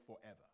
forever